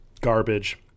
garbage